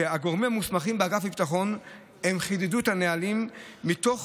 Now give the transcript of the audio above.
הגורמים המוסמכים באגף הביטחון חידדו את הנהלים תוך